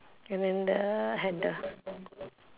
and then the handle